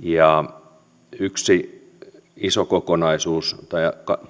ja yksi iso kokonaisuus tai